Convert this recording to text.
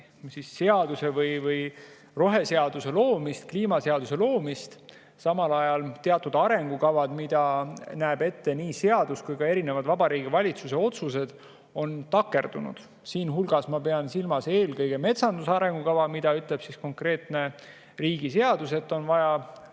uue seaduse või roheseaduse loomist, kliimaseaduse loomist, samal ajal teatud arengukavad, mida näeb ette nii seadus kui ka erinevad Vabariigi Valitsuse otsused, on takerdunud. Siin ma pean silmas eelkõige metsanduse arengukava, mille kohta ütleb konkreetne seadus, et see on vaja